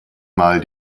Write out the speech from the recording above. mal